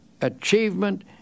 achievement